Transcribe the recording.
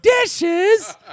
dishes